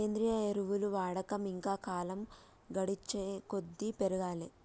సేంద్రియ ఎరువుల వాడకం ఇంకా కాలం గడిచేకొద్దీ పెరగాలే